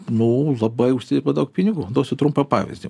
nu labai užsidirba daug pinigų duosiu trumpą pavyzdį